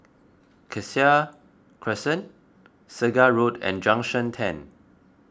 Cassia Crescent Segar Road and Junction ten